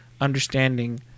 understanding